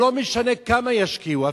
ולא משנה כמה ישקיעו,